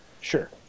Sure